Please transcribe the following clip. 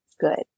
good